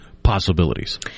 possibilities